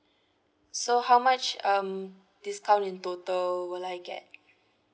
so how much um discount in total will I get